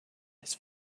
his